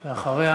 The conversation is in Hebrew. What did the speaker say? ואחריה,